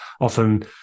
often